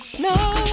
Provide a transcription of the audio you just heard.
No